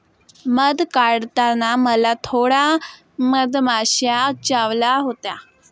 मध काढताना मला थोड्या मधमाश्या चावल्या होत्या